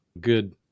good